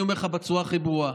אני אומר לך בצורה הכי ברורה: